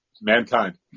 Mankind